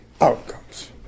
outcomes